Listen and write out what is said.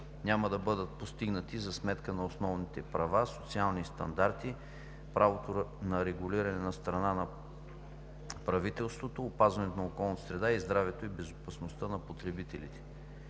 няма да бъдат постигнати за сметка на основните права, социални стандарти, правото на регулиране от страна на правителството, опазването на околната среда и здравето и безопасността на потребителите.